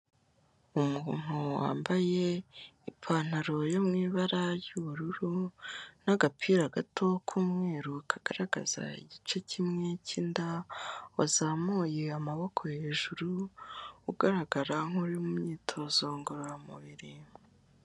Umuntu wambaye ipantaro yo mu ibara ry'ubururu, n'agapira gato k'umweru kagaragaza igice kimwe cyinda, wazamuye amaboko h'ejuru ugaragara nkuyu mu myitozo ngororamubiri.